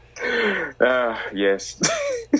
Yes